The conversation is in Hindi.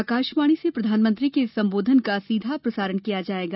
आकाशवाणी से प्रधानमंत्री के इस संबोधन का सीधा प्रसारण किया जाएगा